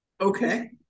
Okay